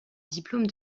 diplôme